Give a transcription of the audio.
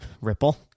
Ripple